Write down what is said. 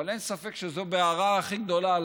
אבל אין ספק שזו הבעירה הכי גדולה על